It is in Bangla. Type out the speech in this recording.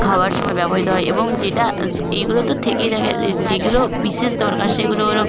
খাওয়ার সময় ব্যবহৃত হয় এবং যেটা স এগুলো তো থেকে থাকে যেগুলো বিশেষ দরকার সেগুলো হলো